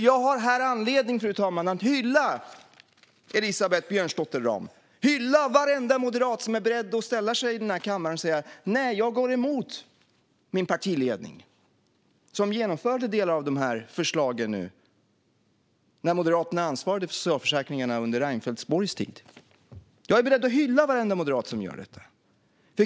Jag har därför, fru talman, anledning att hylla Elisabeth Björnsdotter Rahm och varenda moderat som är beredd att ställa sig i denna kammare och säga: Nej, jag går emot min partiledning, som genomförde delar av dessa förslag när Moderaterna ansvarade för socialförsäkringarna under Reinfeldts och Borgs tid. Jag är beredd att hylla varenda moderat som gör detta.